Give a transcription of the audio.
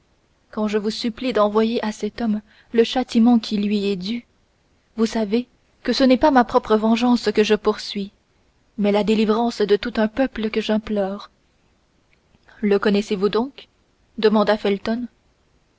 quand je vous supplie d'envoyer à cet homme le châtiment qui lui est dû vous savez que ce n'est pas ma propre vengeance que je poursuis mais la délivrance de tout un peuple que j'implore le connaissez-vous donc demanda felton